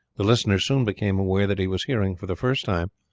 the listener soon became aware that he was hearing, for the first time,